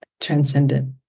transcendent